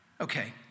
Okay